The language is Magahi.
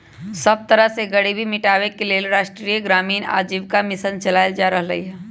सब तरह से गरीबी मिटाबे के लेल राष्ट्रीय ग्रामीण आजीविका मिशन चलाएल जा रहलई ह